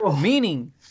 meaning